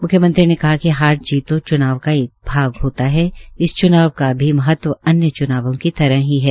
म्ख्यमंत्री ने कहा कि हार जीत तो च्नाव का एक भाग है इस च्नाव का भी महत्व अन्य च्नावों की तरह है